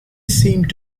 seemed